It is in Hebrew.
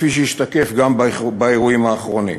כפי שהשתקף גם באירועים האחרונים.